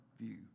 view